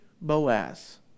Boaz